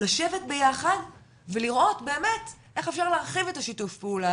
לשבת ביחד ולראות באמת איך אפשר להרחיב את השיתוף פעולה